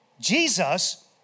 Jesus